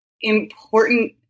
important